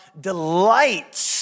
delights